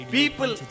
people